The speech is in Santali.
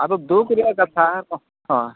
ᱟᱫᱚ ᱫᱩᱠ ᱨᱮᱭᱟᱜ ᱠᱟᱛᱷᱟ ᱦᱚᱸ